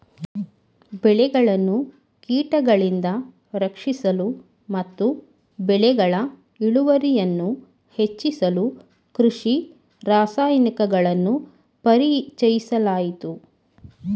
ಬೆಳೆಗಳನ್ನು ಕೀಟಗಳಿಂದ ರಕ್ಷಿಸಲು ಮತ್ತು ಬೆಳೆಗಳ ಇಳುವರಿಯನ್ನು ಹೆಚ್ಚಿಸಲು ಕೃಷಿ ರಾಸಾಯನಿಕಗಳನ್ನು ಪರಿಚಯಿಸಲಾಯಿತು